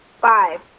Five